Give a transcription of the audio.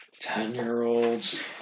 Ten-year-olds